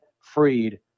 Freed